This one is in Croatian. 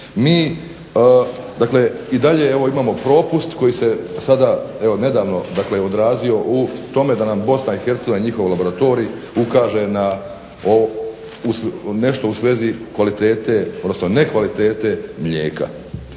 mi dakle i dalje imamo propust koji se sada evo nedavno odrazio u tome da nam BIH, njihov laboratorij ukaže na nešto u svezi kvalitete prosto ne kvalitete mlijeka.